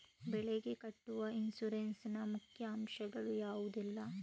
ಬೆಳೆಗೆ ಕಟ್ಟುವ ಇನ್ಸೂರೆನ್ಸ್ ನ ಮುಖ್ಯ ಅಂಶ ಗಳು ಯಾವುದೆಲ್ಲ?